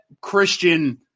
Christian